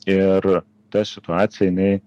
ir ta situacija jinai